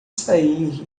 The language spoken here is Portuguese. sair